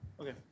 Okay